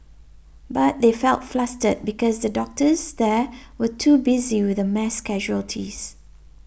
but they felt flustered because the doctors there were too busy with the mass casualties